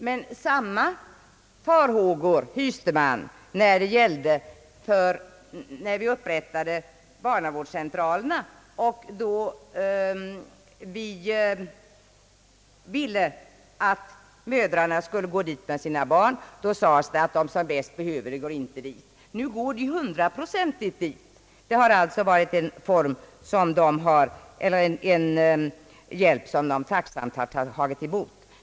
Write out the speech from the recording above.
Men samma farhågor hyste man när det gällde barnavårdscentralerna. Då sades det också att de mödrar som bäst behöver det inte går dit med sina barn. Nu uppsöker mödrarna 100-procentigt barnavårdscentralerna och har alltså tacksamt tagit emot denna hjälp.